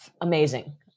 amazing